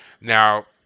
Now